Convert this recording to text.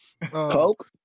Coke